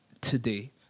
today